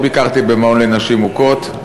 לא ביקרתי במעון לנשים מוכות,